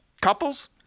Couples